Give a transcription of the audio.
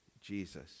Jesus